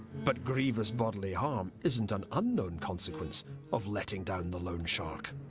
but grievous bodily harm isn't an unknown consequence of letting down the loan shark.